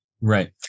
right